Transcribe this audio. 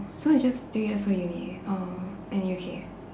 so it's just three years for uni oh in U_K